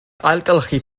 ailgylchu